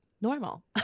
normal